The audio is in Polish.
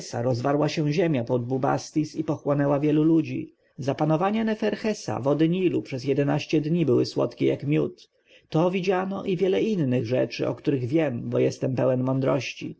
rozwarła się ziemia pod bubastis i pochłonęła wielu ludzi za panowania neferchesa wody nilu przez jedenaście dni były słodkie jak miód to widziano i wiele innych rzeczy o których wiem bo jestem pełen mądrości